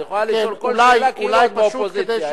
את יכולה לשאול כל שאלה כאילו את באופוזיציה.